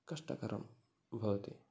कष्टकरं भवति